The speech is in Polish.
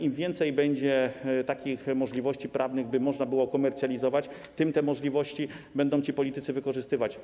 Im więcej będzie takich możliwości prawnych, by można było komercjalizować, tym bardziej te możliwości będą ci politycy wykorzystywać.